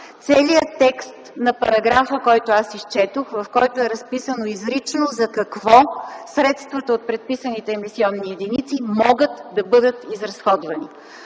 целия текст на параграфа, който изчетох, в който изрично е разписано за какво средствата от предписаните емисионни единици, могат да бъдат изразходвани.